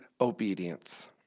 obedience